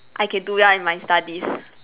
I can do well in my studies